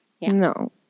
No